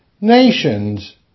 nations